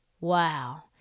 Wow